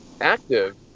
active